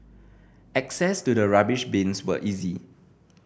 access to the rubbish bins was easy